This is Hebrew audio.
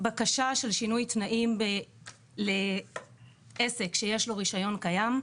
בקשה של שינוי תנאים לעסק שיש לו רישיון קיים,